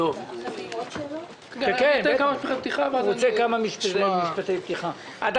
שר התחבורה והבטיחות בדרכים